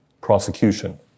prosecution